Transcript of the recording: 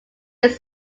these